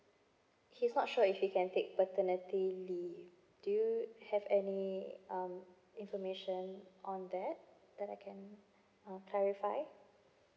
he's not sure if he can take paternity leave do you have any um information on that that I can uh clarify